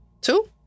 Two